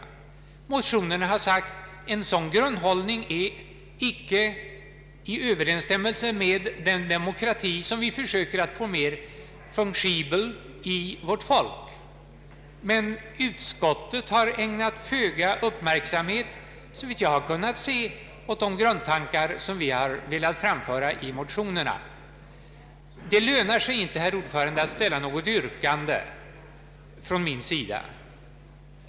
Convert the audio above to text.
I motionerna har sagts att en sådan grundhållning icke är i överensstämmelse med den demokrati som vi försöker att få mer fungibel inom vårt folk, men utskottet har, såvitt jag har kunnat se, ägnat föga uppmärksamhet åt de grundtankar som vi velat framföra i motionerna. Det lönar sig inte, herr talman, att ställa något yrkande från min sida.